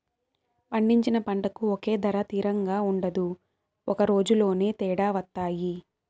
పండించిన పంటకు ఒకే ధర తిరంగా ఉండదు ఒక రోజులోనే తేడా వత్తాయి